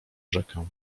rzekę